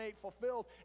fulfilled